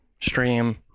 stream